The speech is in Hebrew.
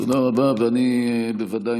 אני בוודאי